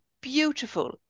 beautiful